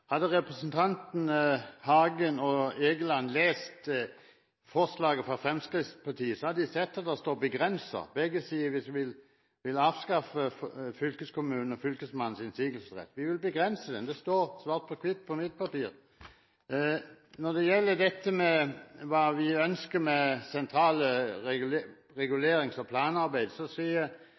Hadde representanten Hagen og Egeland lest forslaget fra Fremskrittspartiet, hadde de sett at det står «begrense». Begge sier at vi vil avskaffe fylkeskommunens og Fylkesmannens innsigelsesrett. Vi vil begrense den; det står svart på hvitt på mitt papir. Når det gjelder hva vi ønsker i det sentrale regulerings- og